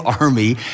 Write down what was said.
army